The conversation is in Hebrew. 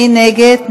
מי נגד?